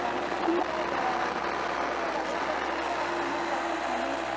balance sheet আর সমস্ত কাগজপত্রগুলো আমি আমার কাছে সামলে রাখছি